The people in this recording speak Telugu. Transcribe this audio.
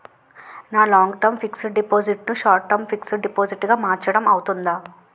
నా లాంగ్ టర్మ్ ఫిక్సడ్ డిపాజిట్ ను షార్ట్ టర్మ్ డిపాజిట్ గా మార్చటం అవ్తుందా?